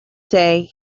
day